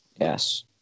yes